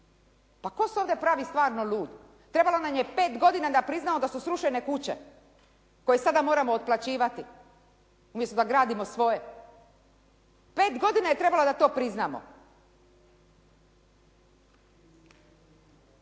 Pa tko se onda pravi stvarno lud? Trebalo nam je 5 godina da priznamo da su srušene kuće koje sada moramo otplaćivati, umjesto da gradimo svoje. 5 godina je trebalo da to priznamo.